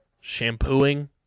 shampooing